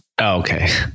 okay